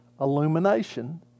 illumination